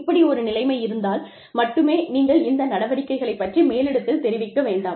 இப்படி ஒரு நிலைமை இருந்தால் மட்டுமே நீங்கள் இந்த நடவடிக்கைகளைப் பற்றி மேலிடத்தில் தெரிவிக்க வேண்டாம்